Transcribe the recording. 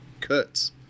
cuts